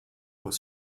was